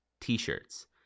t-shirts